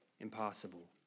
Impossible